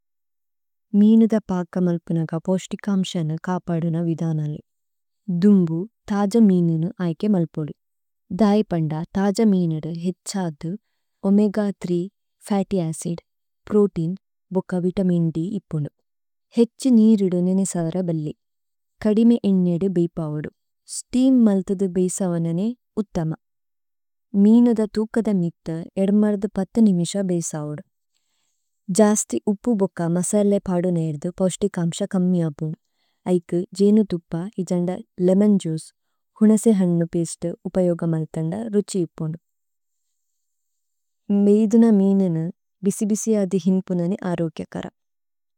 മിന്ദ് പക്കമല്പനഗ പോശ്തികമ്ശന് കപദുന വിദനല്ലി। ദുമ്ബു തജമിന അയ്കേ മദികോല്ലി। ദയപന്ദ തജമിന ഹേഛദ്ദു omega three fatty acid, protein, ബഗ്ഗ വിതമിന്ദി ഇത്തുകോല്ലി। ഹേച്ഛു നിരിദ്ദു നീനു സവരബല്ലി। കദിമേ ഏന്നേ ബലസുവുദു। മേദുന മിന്യനു ബ്ച്ബ്സിഅദി ഹിന്പുനന്നു അരോഗ്യകരവഗി।